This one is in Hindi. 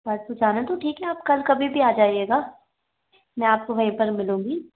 परसों जाना है तो ठीक है आप कल कभी भी आ जाइएगा मैं आपको वहीं पर मिलूंगी